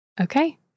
Okay